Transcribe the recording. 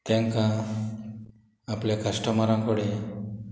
तांकां आपल्या कस्टमरां कडेन